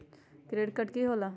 Credit card की होला?